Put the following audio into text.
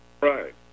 Right